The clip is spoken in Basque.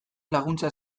laguntza